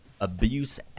abuse